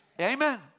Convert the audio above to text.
Amen